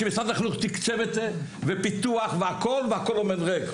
שמשרד החינוך תיקצב את זה ופיתוח והכל והכל עומד ריק,